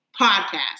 podcast